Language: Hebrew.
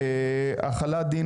אנחנו פותחים את הדיון בנושא: החלת דין